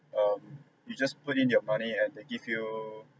um you just put in your money and they give you